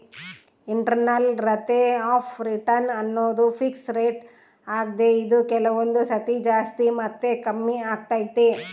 internal rate of return ಅನ್ನೋದು fix rate ಆಗ್ದೆ ಇದು ಕೆಲವೊಂದು ಸತಿ ಜಾಸ್ತಿ ಮತ್ತೆ ಕಮ್ಮಿಆಗ್ತೈತೆ